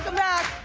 back.